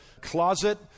closet